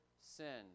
sin